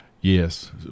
Yes